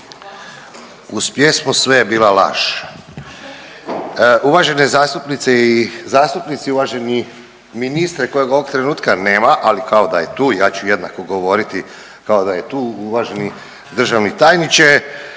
Uz pjesmu sve je bila laž. Uvažene zastupnice i zastupnici, uvaženi ministre kojeg ovog trenutka nema, ali kao da je tu, ja ću jednako govoriti kao da je tu, uvaženi državni tajniče.